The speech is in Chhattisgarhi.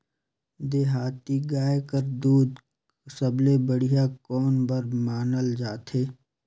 देहाती गाय कर दूध सबले बढ़िया कौन बर मानल जाथे?